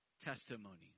testimony